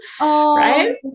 Right